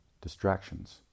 distractions